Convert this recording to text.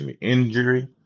injury